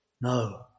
No